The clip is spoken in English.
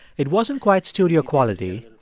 it wasn't quite studio quality,